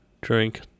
drink